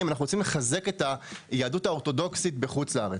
"אנחנו רוצים לחזק את היהדות האורתודוכסית בחוץ-לארץ",